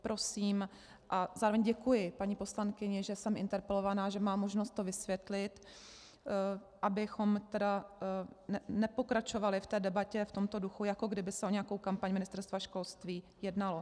Prosím a zároveň děkuji paní poslankyni, že jsem interpelována, že mám možnost to vysvětlit, abychom tedy nepokračovali v debatě v tomto duchu, jako kdyby se o nějakou kampaň Ministerstva školství jednalo.